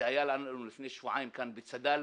זה היה לנו לפני שבועיים כאן בצד"ל